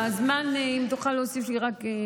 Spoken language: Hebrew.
הזמן, אם תוכל להוסיף רק.